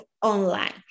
online